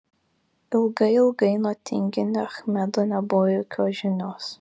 ilgai ilgai nuo tinginio achmedo nebuvo jokios žinios